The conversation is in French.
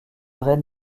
reine